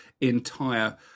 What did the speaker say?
entire